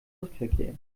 luftverkehr